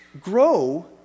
grow